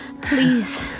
please